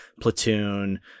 Platoon